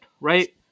right